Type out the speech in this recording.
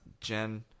Jen